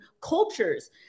cultures